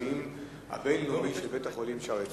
המנהלים הבין-לאומית של בית-החולים "שערי צדק".